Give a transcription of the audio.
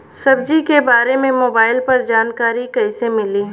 सब्जी के बारे मे मोबाइल पर जानकारी कईसे मिली?